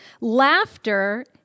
Laughter